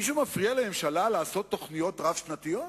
מישהו מפריע לממשלה לעשות תוכניות רב-שנתיות?